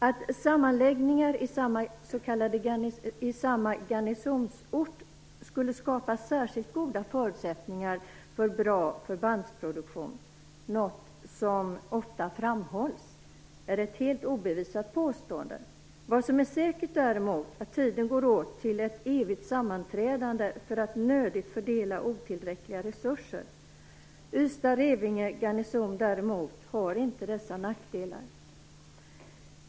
Att sammanläggningar i samma garnisonsort skulle skapa särskilt goda förutsättningar för bra förbandsproduktion, något som ofta framhålls, är ett helt obevisat påstående. Vad som däremot är säkert är att tiden går åt till ett evigt sammanträdande för att nödigt fördela otillräckliga resurser. Garnisonen i Ystad och Revinge har däremot inte dessa nackdelar.